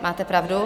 Máte pravdu.